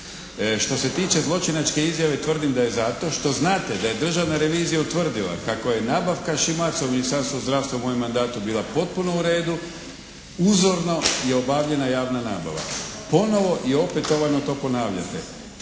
Što se tiče zločinačke izjave tvrdim da je zato što znate da je državna revizija utvrdila kako je nabavka …/Govornik se ne razumije./… u Ministarstvu zdravstva u mojem mandatu bila potpuno u redu, uzorno je obavljena javna nabava. Ponovno i opetovano to ponavljate.